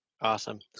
awesome